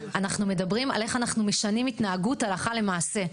אנחנו מדברים על איך אנחנו משנים התנהגות הלכה למעשה.